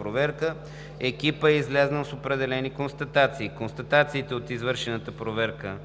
проверка екипът е излязъл с определени констатации. Констатации от извършена проверка